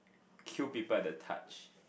kill people at the touch